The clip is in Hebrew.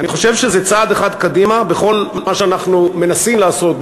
אני חושב שזה צעד אחד קדימה בכל מה שאנחנו מנסים לעשות,